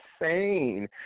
insane